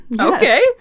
Okay